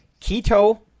Keto